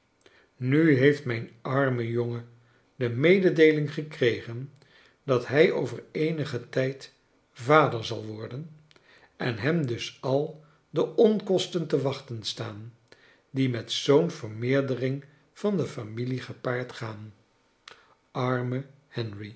nu heeft mijn arme jongen de mededeeling gekregen dat hij over eenigen tijd vader zal worden en hem dus al de onkosten te wachten staan die met zoo'n vermeerdering van de familie gepaard gaan arme henry